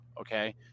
okay